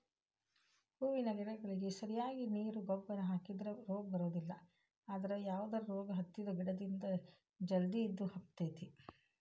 ಹೂವಿನ ಗಿಡಗಳಿಗೆ ಸರಿಯಾಗಿ ನೇರು ಗೊಬ್ಬರ ಹಾಕಿದ್ರ ರೋಗ ಬರೋದಿಲ್ಲ ಅದ್ರ ಯಾವದರ ರೋಗ ಹತ್ತಿದ ಗಿಡದಿಂದ ಜಲ್ದಿ ಇದು ಹಬ್ಬತೇತಿ